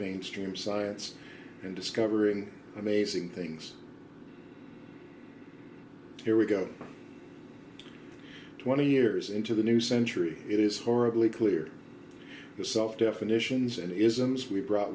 stream science and discovering amazing things here we go twenty years into the new century it is horribly clear yourself definitions and isms we brought